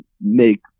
make